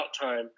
time